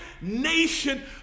nation